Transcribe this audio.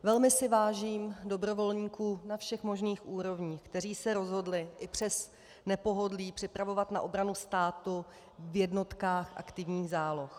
Velmi si vážím dobrovolníků na všech možných úrovních, kteří se rozhodli i přes nepohodlí připravovat se na obranu státu v jednotkách aktivních záloh.